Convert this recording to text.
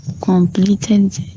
completed